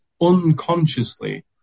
unconsciously